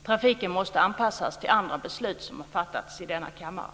Trafiken måste anpassas till andra beslut som har fattats i denna kammare.